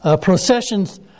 processions